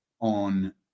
on